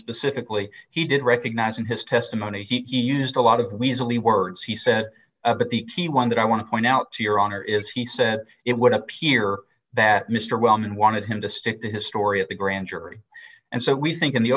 specifically he did recognize in his testimony he used a lot of weasely words he said but the key one that i want to point out to your honor is he said it would appear that mr wellman wanted him to stick to his story of the grand jury and so we think in the